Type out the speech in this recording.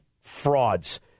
frauds